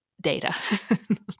data